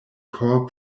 core